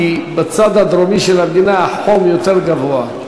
כי בצד הדרומי של המדינה החום יותר גבוה.